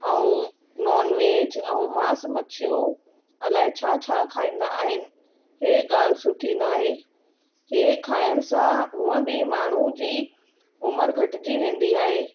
ऐं नॉनवेज ऐं मांस मछियूं अलाए छा छा खाईंदा आहिनि हे ॻाखि सुठी न आहे इहे खाइण सां हूअं बि माण्हू जी उमिरि घटिजी वेंदी आहे